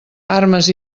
armes